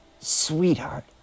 sweetheart